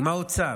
עם האוצר.